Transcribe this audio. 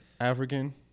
African